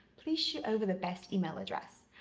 please shoot over the best email address.